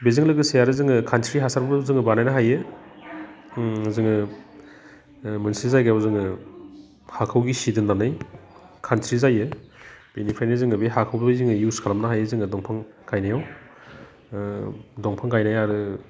बेजों लोगोसे आरो जोङो खानस्रि हासारबो जोङो बानायनो हायो उह जोङो मोनसे जायगायाव जोङो हाखौ गिसि दोन्नानै खानस्रि जायो बेनिफ्रायनो जोङो बे हाखौबो जोङो इउस खालामनो हायो जोङो दंफां गायनायाव दंफां गायनाय आरो